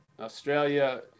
australia